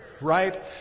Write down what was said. Right